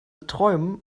träumen